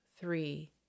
three